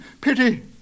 pity